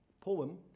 poem